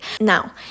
now